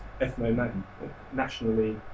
ethno-nationally